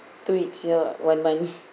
two weeks or one month